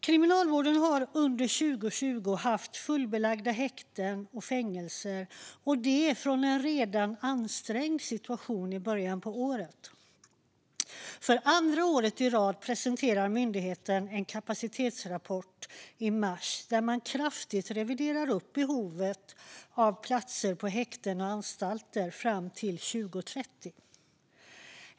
Kriminalvården har under 2020 haft fullbelagda häkten och fängelser - och det från en redan ansträngd situation i början på året. För andra året i rad presenterade myndigheten i mars en kapacitetsrapport där man kraftigt reviderar upp behovet av platser på häkten och anstalter fram till 2030.